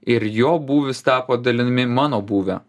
ir jo būvis tapo dalimi mano buvio